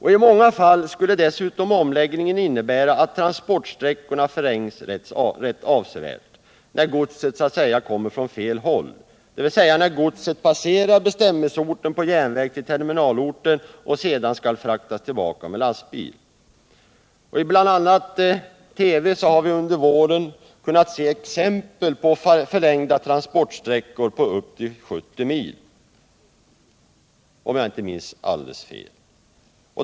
I många fall skulle omläggningen dessutom innebära att transportsträckorna förlängdes rätt avsevärt, när godset kom så att säga från fel håll, dvs. när godset passerar bestämmelseorten på järnväg på väg till terminalorten och sedan skall fraktas tillbaka med lastbil. Vi har under våren, bl.a. i TV, kunnat se exempel på att transportsträckor förlängts upp till 70 mil, om jag inte minns alldeles fel.